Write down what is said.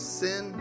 sin